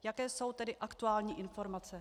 Jaké jsou tedy aktuální informace?